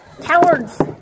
Cowards